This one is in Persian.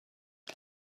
اون